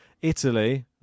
Italy